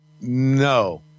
No